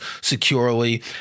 securely